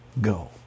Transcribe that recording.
go